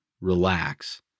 relax